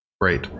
Great